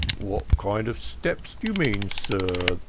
awhat kind of steps do you mean, sir?